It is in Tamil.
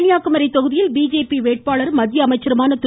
கன்னியாகுமரி தொகுதியில் பிஜேபி வேட்பாளரும் மத்திய அமைச்சருமான திரு